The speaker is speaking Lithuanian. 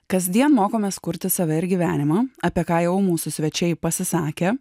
kasdien mokomės kurti save ir gyvenimą apie ką jau mūsų svečiai pasisakė